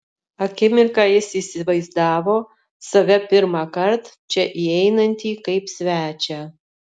akimirką jis įsivaizdavo save pirmąkart čia įeinantį kaip svečią